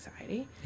anxiety